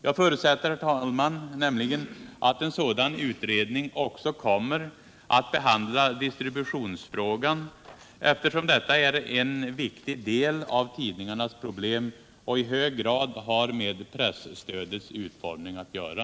Jag förutsätter nämligen att en sådan utredning också kommer att behandla distributionsfrågan, eftersom denna är en viktig del av tidningarnas problem och i hög grad har med presstödets utformning att göra.